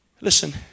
Listen